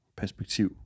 perspektiv